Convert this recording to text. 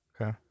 okay